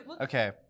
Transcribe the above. okay